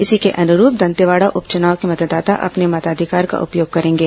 इसी के अनुरूप दंतेवाड़ा उप चुनाव के मतदाता अपने मताधिकार का उपयोग करेंगे